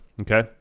okay